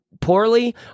poorly